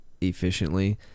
efficiently